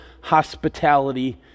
hospitality